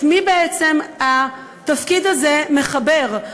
את מי בעצם התפקיד הזה מחבר?